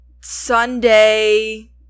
Sunday